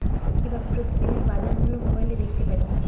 কিভাবে প্রতিদিনের বাজার মূল্য মোবাইলে দেখতে পারি?